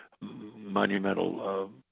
monumental